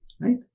right